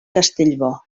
castellbò